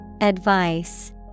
Advice